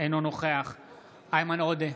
אינו נוכח איימן עודה,